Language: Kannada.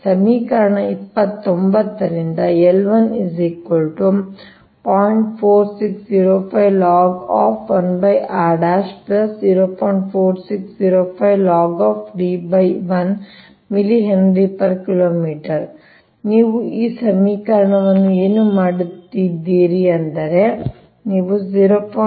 ಸಮೀಕರಣ 29 ರಿಂದ ನೀವು ಈ ಸಮೀಕರಣವನ್ನು ಏನು ಮಾಡುತ್ತಿದ್ದೀರಿ ಅಂದರೆ ನೀವು 0